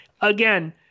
again